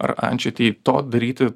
ar ančiai tai to daryti